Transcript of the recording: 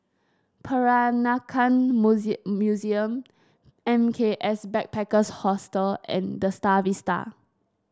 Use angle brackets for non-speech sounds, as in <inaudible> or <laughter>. Peranakan <unintelligible> Museum M K S Backpackers Hostel and The Star Vista